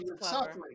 suffering